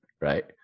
right